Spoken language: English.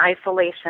isolation